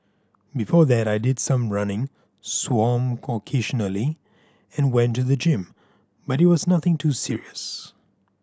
before that I did some running swam occasionally and went to the gym but it was nothing too serious